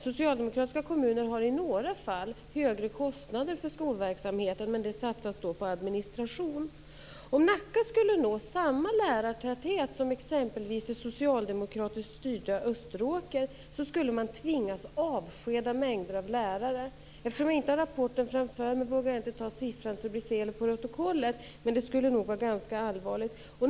Socialdemokratiska kommuner har i några fall högre kostnader för skolverksamheten, men då satsas det på administration. Om Nacka skulle nå samma lärartäthet som exempelvis det socialdemokratiskt styrda Österåker, skulle man tvingas avskeda mängder av lärare. Eftersom jag inte har rapporten framför mig vågar jag inte nämna siffran så att det blir fel i protokollet, men det skulle nog vara ganska allvarligt.